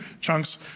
chunks